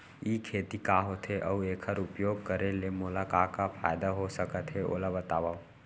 ई खेती का होथे, अऊ एखर उपयोग करे ले मोला का का फायदा हो सकत हे ओला बतावव?